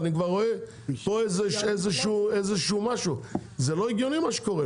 אני רואה פה משהו, זה לא הגיוני מה שקורה.